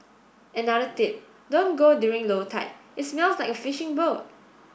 another tip don't go during low tide it smells like a fishing boat